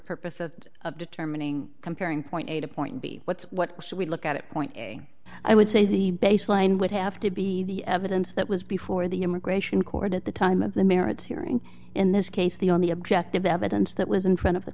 purposes of determining comparing point a to point b what's what should we look at it point i would say the baseline would have to be the evidence that was before the immigration court at the time of the merits hearing in this case the only objective evidence that was in front of the